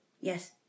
Yes